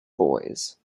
boys